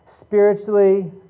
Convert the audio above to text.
Spiritually